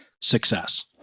success